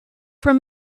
from